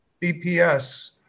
BPS